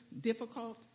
difficult